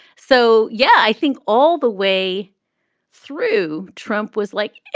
so, yeah, i think all the way through, trump was like,